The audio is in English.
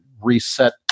reset